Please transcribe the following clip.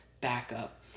backup